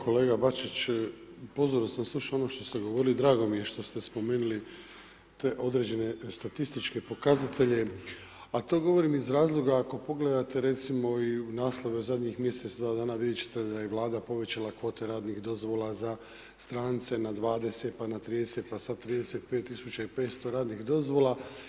Kolega Bačić, pozorno sam slušao ono što ste govorili i drago mi je da ste spomenuli, te određene statističke pokazatelje, a to govorim iz razloga, ako pogledate, recimo i u naslove zadnjih mjesec, dva dana vidjeti ćete da je vlada povećala kvote radnih dozvola za strance na 20, pa na 30 pa sad 35500 radnih dozvola.